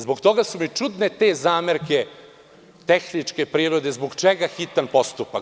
Zbog toga su mi čudne te zamerke tehničke prirode – zbog čega hitan postupak?